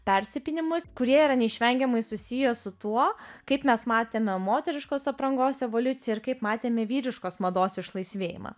persipynimus kurie yra neišvengiamai susiję su tuo kaip mes matėme moteriškos aprangos evoliuciją ir kaip matėme vyriškos mados išlaisvėjimą